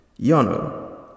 Yano